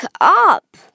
up